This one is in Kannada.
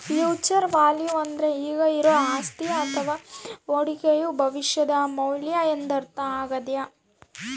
ಫ್ಯೂಚರ್ ವ್ಯಾಲ್ಯೂ ಅಂದ್ರೆ ಈಗ ಇರುವ ಅಸ್ತಿಯ ಅಥವ ಹೂಡಿಕೆಯು ಭವಿಷ್ಯದ ಮೌಲ್ಯ ಎಂದರ್ಥ ಆಗ್ಯಾದ